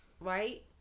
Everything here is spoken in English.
right